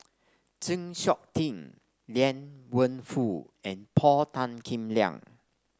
Chng Seok Tin Liang Wenfu and Paul Tan Kim Liang